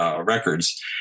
records